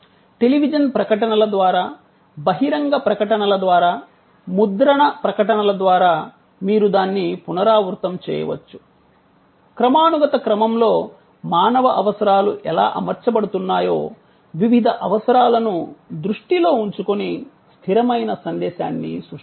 television ప్రకటనల ద్వారా బహిరంగ ప్రకటనల ద్వారా ముద్రణ ప్రకటనల ద్వారా మీరు దాన్ని పునరావృతం చేయవచ్చు క్రమానుగత క్రమంలో మానవ అవసరాలు ఎలా అమర్చబడుతున్నాయో వివిధ అవసరాలను దృష్టిలో ఉంచుకుని స్థిరమైన సందేశాన్ని సృష్టించండి